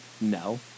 No